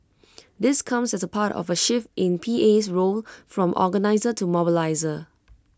this comes as part of A shift in PA's role from organiser to mobiliser